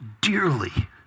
dearly